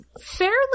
Fairly